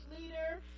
leader